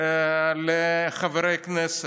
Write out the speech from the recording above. לחברי כנסת,